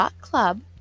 club